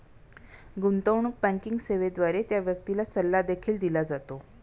गुंतवणूक बँकिंग सेवेद्वारे त्या व्यक्तीला सल्ला देखील दिला जातो